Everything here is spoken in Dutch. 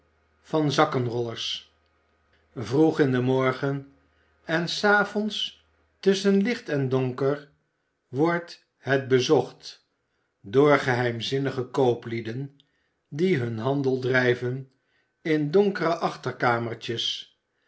der zakkenrollers vroeg in den morgen en s avonds tusschen licht en donker wordt het bezocht door geheimzinnige kooplieden die hun handel drijven in donkere achterkamertjes